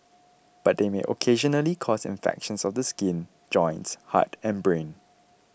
but they may occasionally cause infections of the skin joints heart and brain